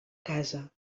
casa